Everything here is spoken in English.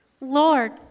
Lord